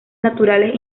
naturales